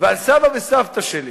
ועל סבא וסבתא שלי,